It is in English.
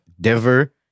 Denver